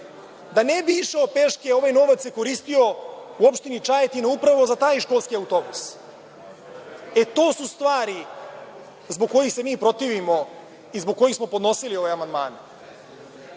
Da ne bi išao peške, ovaj novac se koristio u opštini Čajetina upravo za taj školski autobus. To su stvari zbog kojih se mi protivimo i zbog kojih smo podnosili ove amandmane. Mislim